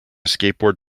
skateboard